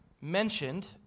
mentioned